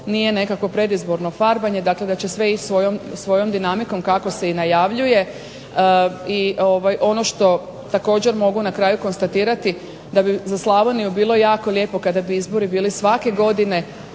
nije nekakvo predizborno farbanje. Dakle, da će sve ići svojom dinamikom kako se i najavljuje. I ono što također mogu na kraju konstatirati da bi za Slavoniju bilo jako lijepo kada bi izbori bili svake godine